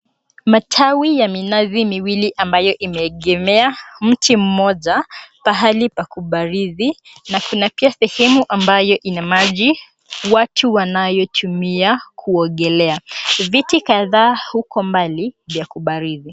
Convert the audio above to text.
Matawi ya minazi miwili ambayo imeegemea mti mmoja. Pahali pa kubarizi kuna pia sehemu ambayo ina maji, watu wanayotumia kuongelea. Viti kadhaa huko mbali vya kubarizi.